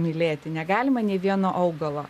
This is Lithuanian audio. mylėti negalima nei vieno augalo